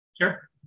Sure